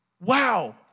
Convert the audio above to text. Wow